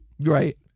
Right